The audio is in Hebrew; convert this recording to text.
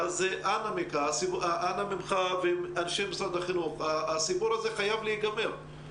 אין דבר טוב יותר מגיימינג בעת